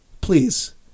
please